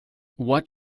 what